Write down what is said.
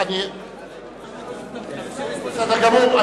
בסדר גמור.